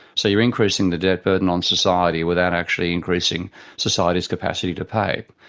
so you're increasing the debt burden on society without actually increasing society's capacity to pay.